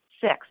Six